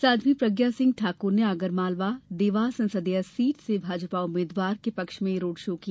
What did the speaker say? साध्वी प्रज्ञा सिंह ठाक्र ने आगरमालवा देवास संसदीय सीट से भाजपा उम्मीदवार के पक्ष में रोड शो किया